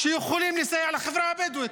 שיכולים לסייע לחברה הבדואית.